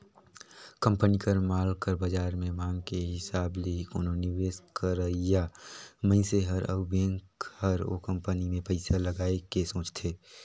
company कर माल कर बाजार में मांग के हिसाब ले ही कोनो निवेस करइया मनइसे हर अउ बेंक हर ओ कंपनी में पइसा लगाए के सोंचथे